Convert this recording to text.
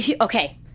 okay